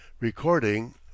recording